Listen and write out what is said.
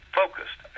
focused